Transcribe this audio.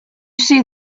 see